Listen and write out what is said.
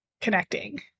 connecting